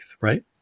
right